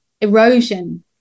erosion